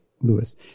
Lewis